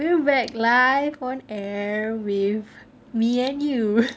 we're back live on air with me and you